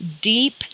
deep